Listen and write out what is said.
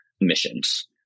missions